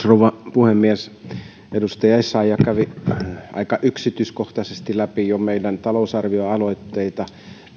rouva puhemies edustaja essayah kävi jo aika yksityiskohtaisesti läpi meidän talousarvioaloitteitamme